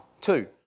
Two